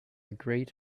great